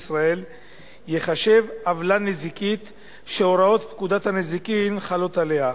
ישראל ייחשב עוולה נזיקית שהוראות פקודת הנזיקין חלות עליה.